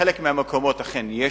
בחלק מהמקומות אכן יש,